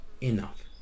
enough